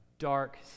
dark